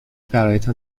برایتان